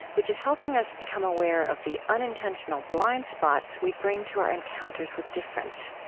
which is helping us become aware of the unintentional blind spots we bring to our encounters with difference.